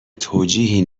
توجیهی